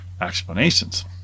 explanations